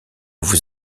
vous